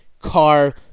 car